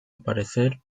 aparecer